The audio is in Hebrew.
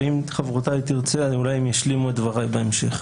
ואם חברותיי תרצה אז אולי הן ישלימו את דבריי בהמשך.